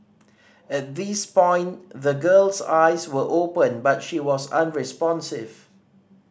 at this point the girl's eyes were open but she was unresponsive